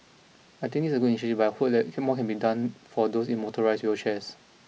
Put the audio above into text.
I think is a good initiative but I hope that can more can be done for those in motorised wheelchairs